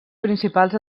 principals